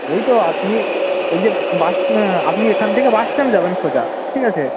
ওই তো আপনি এই যে বাসটান আপনি এখান থেকে বাসস্ট্যান্ড যাবেন সোজা ঠিক আছে